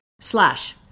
slash